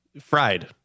Fried